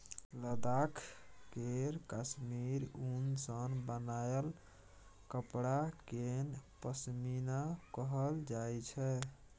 लद्दाख केर काश्मीर उन सँ बनाएल कपड़ा केँ पश्मीना कहल जाइ छै